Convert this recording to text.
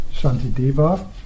Shantideva